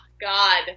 God